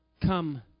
come